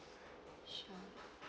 sure